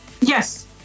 Yes